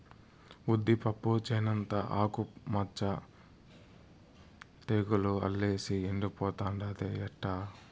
ఉద్దిపప్పు చేనంతా ఆకు మచ్చ తెగులు అల్లేసి ఎండిపోతుండాదే ఎట్టా